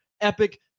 Epic